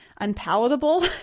unpalatable